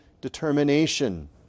determination